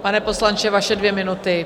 Pane poslanče, vaše dvě minuty.